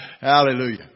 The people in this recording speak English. Hallelujah